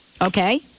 Okay